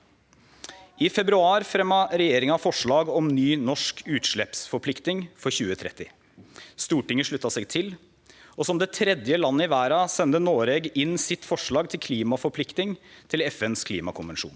I februar fremma regjeringa forslag om ei ny norsk utsleppsforplikting for 2030. Stortinget slutta seg til, og som det tredje landet i verda sende Noreg inn sitt forslag til klimaforplikting til FNs klimakonvensjon.